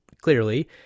clearly